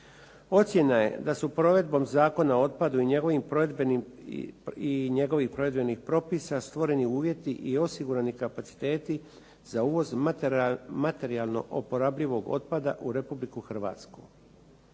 Ocjena je da su provedbom Zakona o otpadu i njegovim provedbenih propisa stvoreni uvjeti i osigurani kapaciteti za uvoz materijalno oporabljivog otpada u Republiku Hrvatsku.